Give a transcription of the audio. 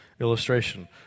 illustration